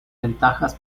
ventajas